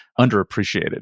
underappreciated